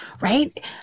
right